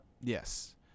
yes